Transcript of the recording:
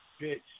bitch